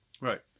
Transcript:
Right